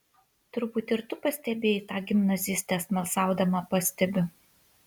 turbūt ir tu pastebėjai tą gimnazistę smalsaudama pastebiu